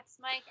Mike